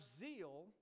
zeal